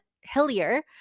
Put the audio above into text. Hillier